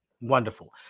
Wonderful